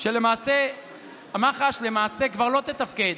כדי שלמעשה מח"ש כבר לא תתפקד.